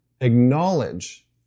acknowledge